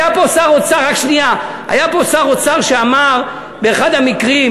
היה פה שר אוצר שאמר, באחד המקרים,